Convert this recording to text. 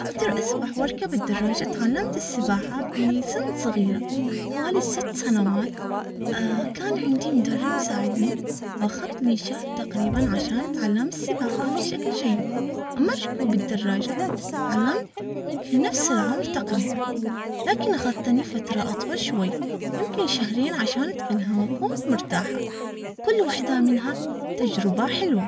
اقدر اسبح واركب الدراجة اتعلمت السباحة في سن صغيرة حوالي ست سنوات كان عندي مدرب يساعدني واخدني شهر تقريبا عشان اتعلم السباحة بشكل جيد اما بالدراجة تعلمت في نفس العمر تقريبا اخذتني فترة اطول شوي يمكن شهرين عشان اتقنها واكون مرتاحة كل وحدة منها تجربة حلوة.